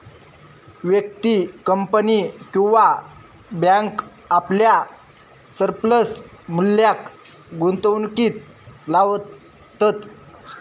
व्यक्ती, कंपनी किंवा बॅन्क आपल्या सरप्लस मुल्याक गुंतवणुकीत लावतत